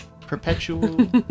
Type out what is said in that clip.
Perpetual